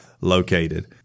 located